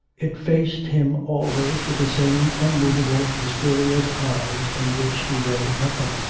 it faced him always with the same unmovable, mysterious eyes in which he read nothing,